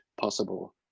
possible